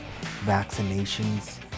vaccinations